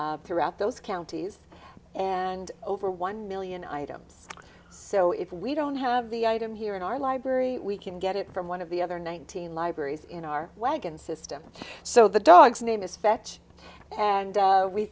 throughout those counties and over one million items so if we don't have the item here in our library we can get it from one of the other nineteen libraries in our wagon system so the dog's name is fetch and